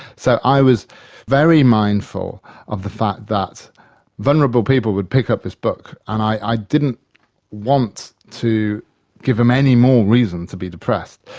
so i was very mindful of the fact that vulnerable people would pick up this book, and i didn't want to give them any more reason to be depressed.